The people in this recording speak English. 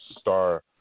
star